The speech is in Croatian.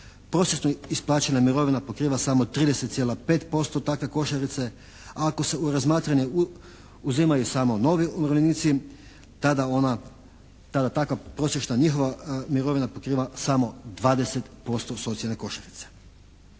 Prosječno isplaćena mirovina pokriva samo 30,5% takve košarice, a ako se u razmatranje uzimaju samo novi umirovljenici tada ona, tada takva prosječna njihova mirovina pokriva samo 20% socijalne košarice.